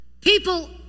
people